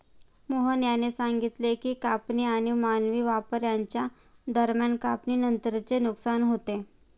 मोहन यांनी सांगितले की कापणी आणि मानवी वापर यांच्या दरम्यान कापणीनंतरचे नुकसान होते